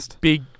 big